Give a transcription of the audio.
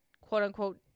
quote-unquote